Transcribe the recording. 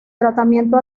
tratamiento